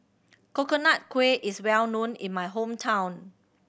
Coconut Kuih is well known in my hometown